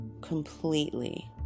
completely